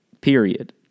period